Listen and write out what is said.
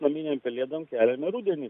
naminėm pelėdom keliame rudenį